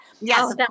Yes